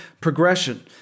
progression